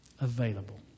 available